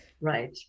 Right